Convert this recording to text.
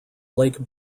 lake